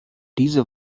diese